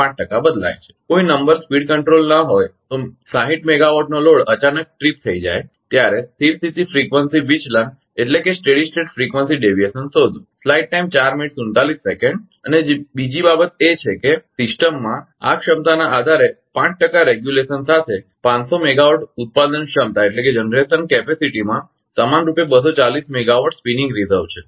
5 ટકા બદલાય છે કોઈ નંબર સ્પીડ કંટ્રોલ ન હોય તો 60 મેગાવાટનો લોડ અચાનક ટ્રિપ થઈ જાય ત્યારે સ્થિર સ્થિતી ફ્રીકવંસી વિચલન શોધો અને બીજી બાબત એ છે કે સિસ્ટમમાં આ ક્ષમતાના આધારે 5 ટકા નિયમન સાથે 500 મેગાવાટ megawatt ઉત્પાદન ક્ષમતામાં સમાનરૂપે 240 મેગાવાટ megawatt સ્પિનિંગ રિઝર્વ છે